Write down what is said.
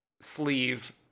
sleeve